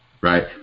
Right